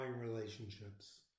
relationships